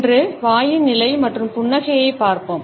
இன்று வாயின் நிலை மற்றும் புன்னகையை பார்ப்போம்